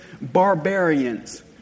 barbarians